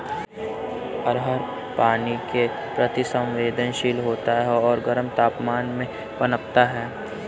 अरहर पानी के प्रति संवेदनशील होता है और गर्म तापमान में पनपता है